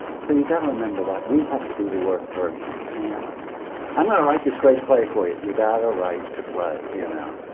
so you've got to remember that. we have to do the work first. you can't i'm gonna write this great play for you! you gotta write the play, you yeah know?